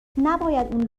نباید